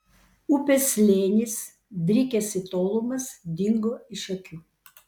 upės slėnis drykęs į tolumas dingo iš akių